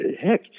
heck